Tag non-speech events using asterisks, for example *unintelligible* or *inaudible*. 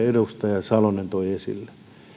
*unintelligible* edustaja salonen toi esille